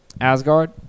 Asgard